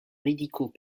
médicaux